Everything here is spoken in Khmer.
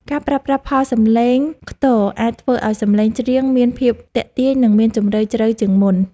ការប្រើប្រាស់ផលសំឡេងខ្ទរអាចធ្វើឱ្យសំឡេងច្រៀងមានភាពទាក់ទាញ និង មានជម្រៅជ្រៅជាងមុន។